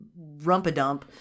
Rumpadump